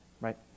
right